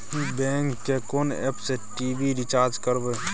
Bank के कोन app से टी.वी रिचार्ज करबे?